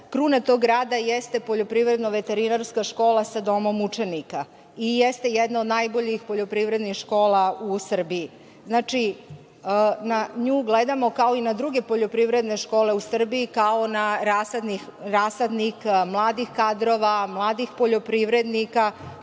kruna tog rada jeste Poljoprivredno veterinarska škola sa domom učenika i jeste jedna od najboljih poljoprivrednih škola u Srbiji. Znači, na nju gledamo, kao i na druge poljoprivredne škole u Srbiji, kao na rasadnik mladih kadrova, mladih poljoprivrednika,